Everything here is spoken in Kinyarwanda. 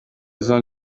izo